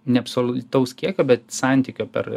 ne absoliutaus kiekio bet santykio per